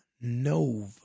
Nova